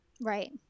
Right